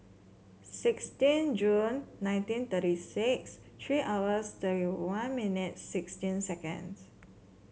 sixteen June nineteen thirty six three hours thirty one minutes sixteen seconds